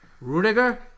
Rudiger